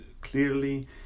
clearly